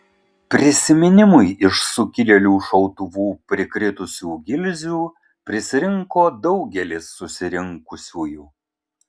prisiminimui iš sukilėlių šautuvų prikritusių gilzių prisirinko daugelis susirinkusiųjų